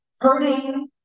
hurting